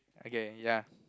okay ya